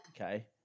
okay